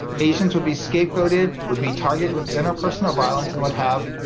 asians would be scapegoated would be targeted with interpersonal violence and would have